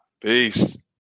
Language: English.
Peace